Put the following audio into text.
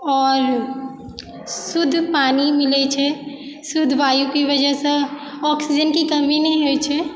आओर शुद्ध पानी मिलैत छै शुद्ध वायुके वजहसँ अक्सिजनके कमी नहि होइत छै